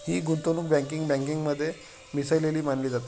ही गुंतवणूक बँकिंग बँकेमध्ये मिसळलेली मानली जाते